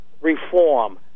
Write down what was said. reform